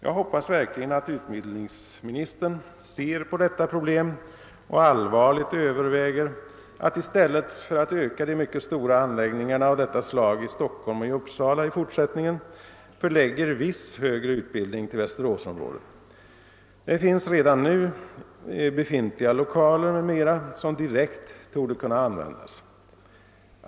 Jag hoppas verkligen att utbildningsministern ser på detta problem och allvarligt överväger att i stället för att öka ut de mycket stora anläggningarna av detta slag i Stockholm och i Uppsala i fortsättningen förlägga viss högre utbildning till Västeråsområdet. Det finns redan nu vissa befintliga lokaler som direkt torde kunna användas.